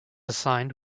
assigned